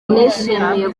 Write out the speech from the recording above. nishimiye